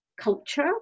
culture